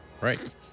Right